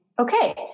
okay